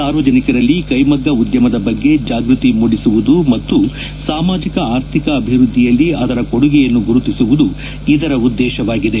ಸಾರ್ವಜನಿಕರಲ್ಲಿ ಕೈಮಗ್ಗ ಉದ್ಯಮದ ಬಗ್ಗೆ ಜಾಗೃತಿ ಮೂಡಿಸುವುದು ಮತ್ತು ಸಾಮಾಜಿಕ ಆರ್ಥಿಕ ಅಭಿವೃದ್ಧಿಯಲ್ಲಿ ಅದರ ಕೊಡುಗೆಯನ್ನು ಗುರುತಿಸುವುದು ಇದರ ಉದ್ದೇಶವಾಗಿದೆ